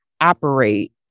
operate